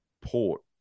port